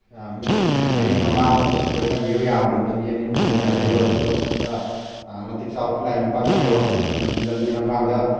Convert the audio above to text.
ꯃꯤ ꯃꯔꯤ ꯃꯉꯥ ꯃꯨꯛ ꯂꯣꯏꯅꯕꯤꯌꯨ ꯌꯥꯝꯗ꯭ꯔꯕꯗ ꯃꯤ ꯑꯅꯤ ꯑꯍꯨꯝ ꯂꯣꯏꯅꯕꯤꯌꯨ ꯑꯗꯨꯒ ꯈꯨꯠꯇ ꯃꯇꯤꯛ ꯆꯥꯕ ꯈꯨꯠꯂꯥꯏ ꯑꯃ ꯄꯥꯏꯕꯤꯌꯣ ꯃꯔꯝꯗꯤ ꯂꯝꯕꯤ ꯂꯝꯈꯥꯡꯗ